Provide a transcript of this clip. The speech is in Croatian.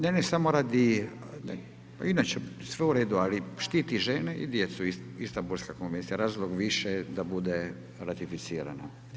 Ne, ne, samo radi, inače, sve u redu, ali štiti žene i djecu Istanbulska konvencija, razlog više da bude ratificirana.